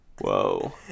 Whoa